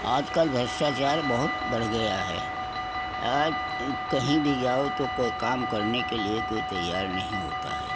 आज कल भ्रष्टाचार बहुत बढ़ गया है आज कहीं भी जाओ तो कोई काम करने के लिए कोई तैयार नहीं होता है